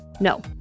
No